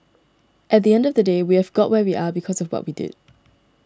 at the end of the day we have got where we are because of what we did